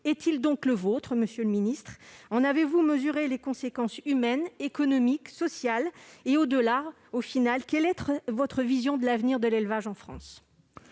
Est-il donc le vôtre, monsieur le ministre ? En avez-vous mesuré les conséquences humaines, économiques et sociales ? Au-delà, quelle est finalement votre vision de l'avenir de l'élevage en France ?